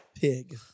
pig